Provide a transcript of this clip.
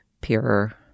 pure